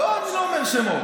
לא, אני לא אומר שמות.